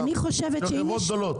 של חברות גדולות?